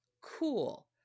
Cool